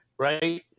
Right